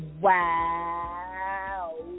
wow